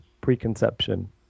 preconception